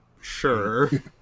sure